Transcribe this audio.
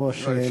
אבל לא,